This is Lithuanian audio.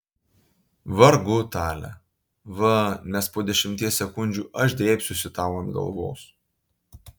vargu tale va nes po dešimties sekundžių aš drėbsiuosi tau ant galvos